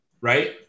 right